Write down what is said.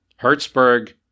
Hertzberg